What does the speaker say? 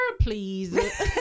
please